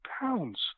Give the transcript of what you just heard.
pounds